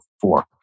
four